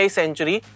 century